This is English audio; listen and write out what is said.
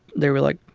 they were like,